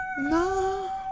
No